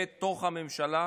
בתוך הממשלה.